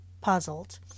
puzzled